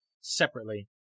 separately